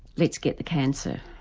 let's get the cancer,